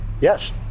Yes